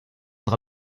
dra